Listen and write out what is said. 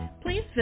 please